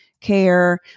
care